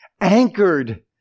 anchored